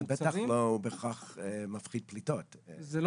זה בטח לא בהכרח מפחית פליטות, זה מגביר פליטות.